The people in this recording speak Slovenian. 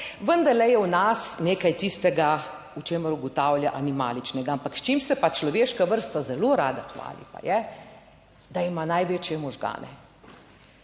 vendarle je v nas nekaj tistega, o čemer ugotavlja, animaličnega. Ampak s čim se pa človeška vrsta zelo rada hvali, pa je, da ima največje možgane.